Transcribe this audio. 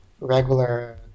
regular